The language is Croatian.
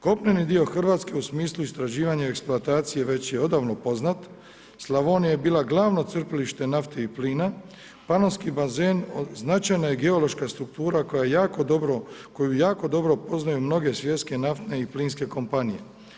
Kopneni dio Hrvatske u smislu istraživanja i eksploatacije već je odavno poznat, Slavonija je bila glavno crpilište nafte i plina, panonski bazen značajna je geološka struktura koju jako dobro poznaju mnoge svjetske naftne i plinske kompanije.